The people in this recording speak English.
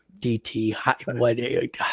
DT